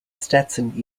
stetson